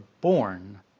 born